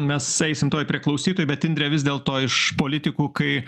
mes eisim tuoj prie klausytojų bet indrė vis dėlto iš politikų kai